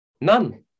none